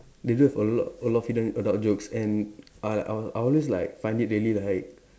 they do have a lot a lot of hidden adult jokes and I I I always like find it really like